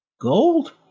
gold